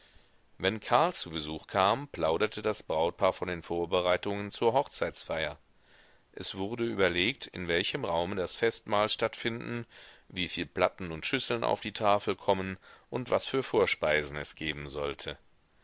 wenn karl zu besuch kam plauderte das brautpaar von den vorbereitungen zur hochzeitsfeier es wurde überlegt in welchem raume das festmahl stattfinden wieviel platten und schüsseln auf die tafel kommen und was für vorspeisen es geben solle